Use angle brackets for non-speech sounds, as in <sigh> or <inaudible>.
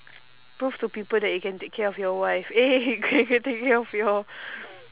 prove to people that you can take care of your wife eh <laughs> take care of your